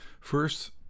First